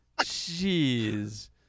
Jeez